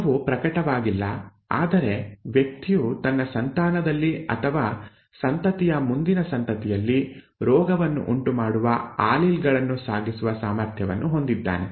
ರೋಗವು ಪ್ರಕಟವಾಗಿಲ್ಲ ಆದರೆ ವ್ಯಕ್ತಿಯು ತನ್ನ ಸಂತಾನದಲ್ಲಿ ಅಥವಾ ಸಂತತಿಯ ಮುಂದಿನ ಸಂತತಿಯಲ್ಲಿ ರೋಗವನ್ನು ಉಂಟುಮಾಡುವ ಆಲೀಲ್ ಗಳನ್ನು ಸಾಗಿಸುವ ಸಾಮರ್ಥ್ಯವನ್ನು ಹೊಂದಿದ್ದಾನೆ